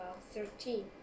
thirteen